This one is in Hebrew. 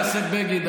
חבר הכנסת בגין,